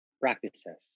practices